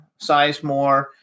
Sizemore